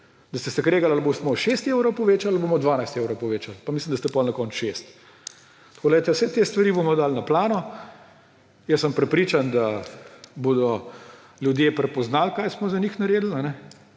Da ste se kregali, ali bomo 6 evrov povečali ali bomo 12 evrov povečali. Pa mislim, da ste potem na koncu 6. Poglejte, vse te stvari bomo dali na plano. Jaz sem prepričan, da bodo ljudje prepoznali, kaj smo za njih naredili.